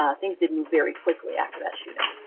ah things did move very quickly after that shooting.